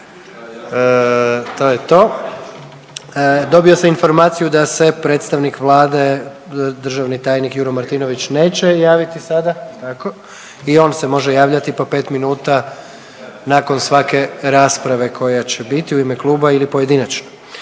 To je to. Dobio sam informaciju da se predstavnik Vlade, državni tajnik Juro Martinović neće javiti sada, jel tako i on se može javljati po 5 minuta nakon svake rasprave koja će biti u ime kluba ili pojedinačno.